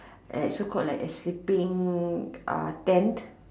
so called a escaping tent